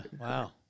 wow